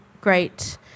great